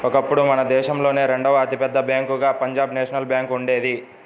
ఒకప్పుడు మన దేశంలోనే రెండవ అతి పెద్ద బ్యేంకుగా పంజాబ్ నేషనల్ బ్యేంకు ఉండేది